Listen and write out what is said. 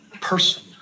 person